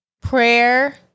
Prayer